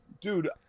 Dude